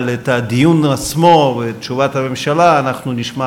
אבל את הדיון עצמו ואת תשובת הממשלה אנחנו נשמע